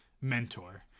mentor